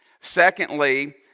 Secondly